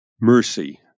Mercy